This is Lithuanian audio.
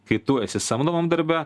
kai tu esi samdomam darbe